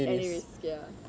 any risk ya